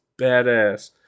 badass